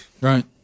Right